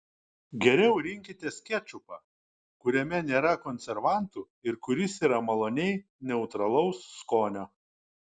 geriau rinkitės kečupą kuriame nėra konservantų ir kuris yra maloniai neutralaus skonio